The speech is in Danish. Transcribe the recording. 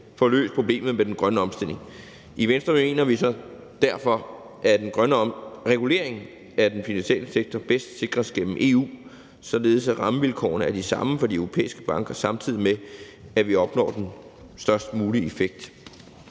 får løst problemet med den grønne omstilling. I Venstre mener vi derfor, at regulering af den finansielle sektor bedst sikres gennem EU, således at rammevilkårene er de samme for de europæiske banker, samtidig med at vi opnår den størst mulige effekt.